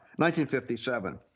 1957